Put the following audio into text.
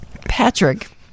Patrick